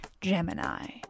Gemini